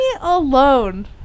alone